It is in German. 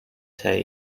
teil